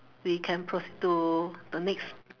we can proceed to the next